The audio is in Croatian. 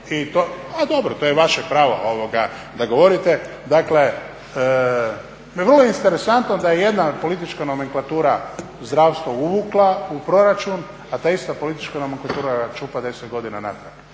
A dobro, to je vaše pravo da govorite. Dakle, vrlo je interesantno da je jedna politička nomenklatura zdravstvo uvukla u proračun, a ta ista politička nomenklatura ga čupa 10 godina natrag.